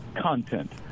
content